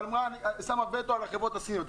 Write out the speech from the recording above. שמה וטו על החברות הסיניות.